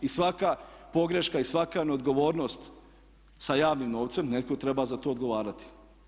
I svaka pogreška i svaka neodgovornost sa javnim novcem netko treba za to odgovarati.